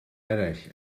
eraill